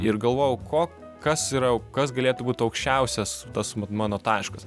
ir galvojau ko kas yra kas galėtų būt aukščiausias tas mano taškas